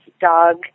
dog